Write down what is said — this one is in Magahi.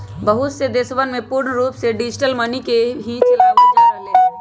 बहुत से देशवन में पूर्ण रूप से डिजिटल मनी के ही चलावल जा रहले है